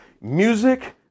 Music